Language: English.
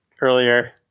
earlier